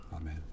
Amen